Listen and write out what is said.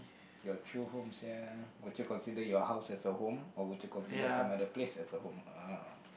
your true home sia would you consider your house as a home or would you consider some other place as a home ah